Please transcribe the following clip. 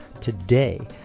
today